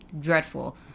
dreadful